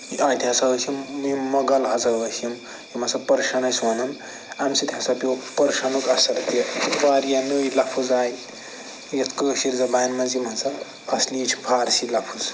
اتہِ ہسا ٲسۍ یِم یِم مُغل ہسا ٲسۍ یِم یِم ہسا پٔرشیٚن ٲسۍ ونان اَمہِ سۭتۍ ہسا پیٛو پٔرشیٚنک اثر تہِ واریاہ نٔے لفظ آیہِ یتھ کٲشرۍ زبانہِ منٛز یِم ہسا اصلی چھِ فارسی لفظ